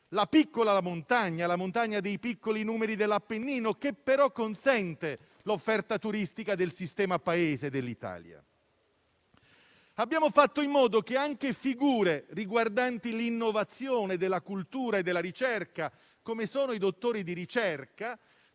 anche la montagna dei piccoli numeri dell'Appennino, che però consente l'offerta turistica del sistema Paese Italia. Abbiamo fatto in modo che anche figure riguardanti l'innovazione della cultura e della ricerca, come i dottori di ricerca,